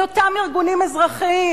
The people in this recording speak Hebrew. מאותם ארגונים אזרחיים.